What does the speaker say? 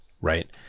right